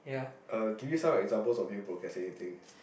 uh give me some examples of you procrastinating